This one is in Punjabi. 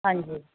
ਹਾਂਜੀ